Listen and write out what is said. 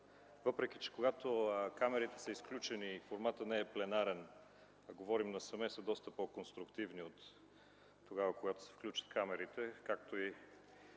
въпреки че когато камерите са изключени и форматът не е пленарен, хората насаме са доста по-конструктивни от тогава, когато се включат камерите, както и